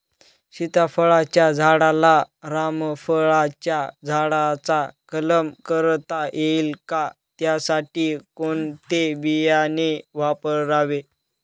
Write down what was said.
सीताफळाच्या झाडाला रामफळाच्या झाडाचा कलम करता येईल का, त्यासाठी कोणते बियाणे वापरावे?